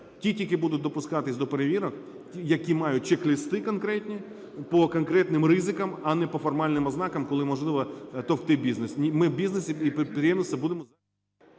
тільки будуть допускатися до перевірок, які мають чек-листи конкретні по конкретним ризикам, а не по формальним ознакам, коли можливо товкти бізнес. Ми бізнес і підприємців будемо…